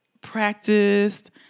practiced